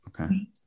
Okay